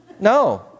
no